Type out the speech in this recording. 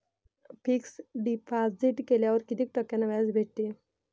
Fix deposit केल्यावर कितीक टक्क्यान व्याज भेटते?